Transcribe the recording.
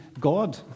God